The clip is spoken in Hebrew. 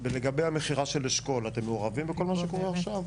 לגבי המכירה של אשכול אתם מעורבים בכל מה שקורה עכשיו?